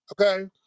okay